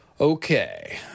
okay